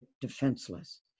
defenseless